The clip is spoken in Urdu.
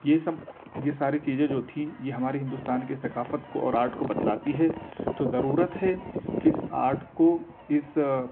یہ سب یہ ساری چیزیں جو تھیں یہ ہماری ہندوستان کی ثقافت کو اور آرٹ کو بتلاتی ہے تو ضرورت ہے کہ اس آرٹ کو اس